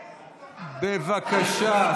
בבקשה.